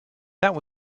that